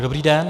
Dobrý den.